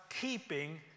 Keeping